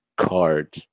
card